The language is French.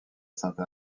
sainte